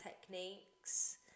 techniques